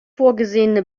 vorgesehene